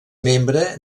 membre